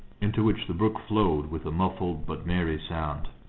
into which the brook flowed with a muffled but merry sound.